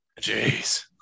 Jeez